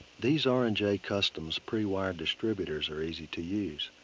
these r and j customs pre-wired distributors are easy to use.